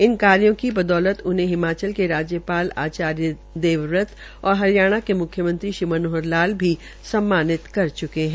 इन कार्यो की बदौलत उनहें हिमाचल के राज्यपाल आयार्च देवव्रत और हरियाणा के मुख्यमंत्री श्रीमनोहर लाल भी सम्मानित कर चुके है